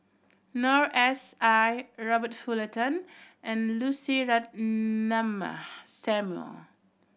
Noor S I Robert Fullerton and Lucy Ratnammah Samuel